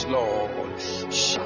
Lord